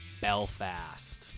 Belfast